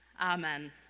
Amen